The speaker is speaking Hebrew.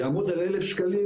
יעמוד על 1,000 שקלים.